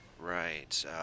Right